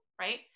right